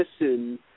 listen